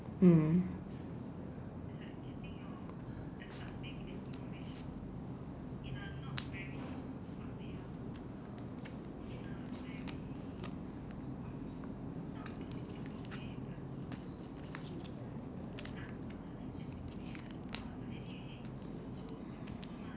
mm